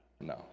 no